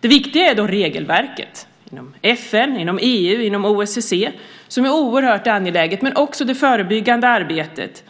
Det viktiga är då regelverket, inom FN, EU och OSSE, som är oerhört angeläget, men det är också det förebyggande arbetet